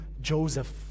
Joseph